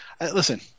listen